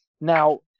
Now